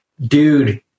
dude